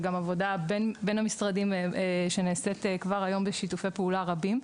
וגם עבודה בין המשרדים שנעשית כבר היום בשיתופי פעולה רבים.